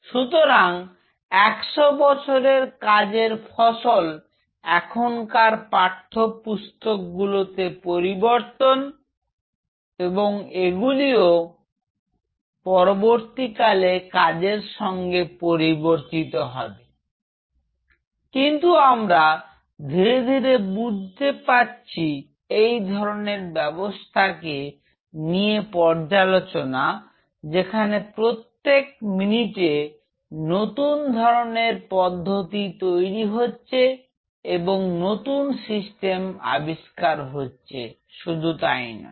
সুতরাং 100 বছরের কাজের ফসল এখনকার পাঠ্যপুস্তক গুলোতে পরিবর্তন এবং এগুলিও পরবর্তীকালে কাজের সঙ্গে পরিবর্তিত হবে কিন্তু আমরা ধীরে ধীরে বুঝতে পারছি যে এই ধরণের ব্যবস্থাকে নিয়ে পর্যালোচনা যেখানে প্রত্যেক প্রত্যেক মিনিটে নতুন ধরনের পদ্ধতি তৈরি হচ্ছে এবং নতুন সিস্টেম আবিষ্কার হচ্ছে শুধু তাই নয়